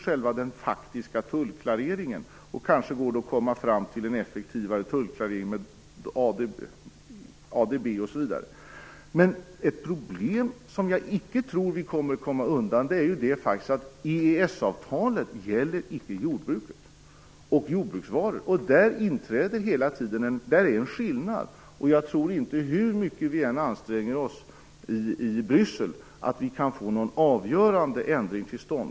Det gäller den faktiska tullklareringen. Kanske går det att komma fram till en effektivare tullklarering med ADB osv. Ett problem som jag icke tror att vi kommer undan är att Där är en skillnad. Jag tror inte att vi kan få någon avgörande ändring till stånd, hur mycket vi än anstränger oss i Bryssel.